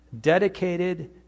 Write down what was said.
dedicated